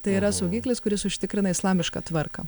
tai yra saugiklis kuris užtikrina islamišką tvarką